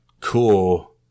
Cool